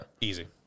easy